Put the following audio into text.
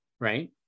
right